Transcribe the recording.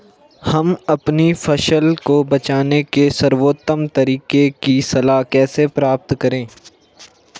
हम अपनी फसल को बचाने के सर्वोत्तम तरीके की सलाह कैसे प्राप्त करें?